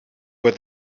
what